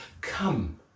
come